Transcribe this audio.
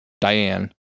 Diane